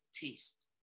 Taste